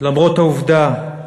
למרות העובדה,